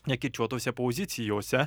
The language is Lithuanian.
nekirčiuotose pozicijose